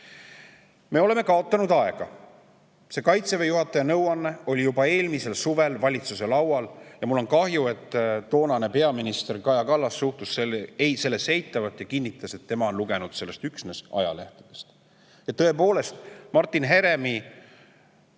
Me oleme aega kaotanud. See Kaitseväe juhataja nõuanne oli juba eelmisel suvel valitsuse laual ja mul on kahju, et toonane peaminister Kaja Kallas suhtlus sellesse eitavalt ja kinnitas, et tema on lugenud sellest üksnes ajalehtedest. Ja tõepoolest, Martin Heremi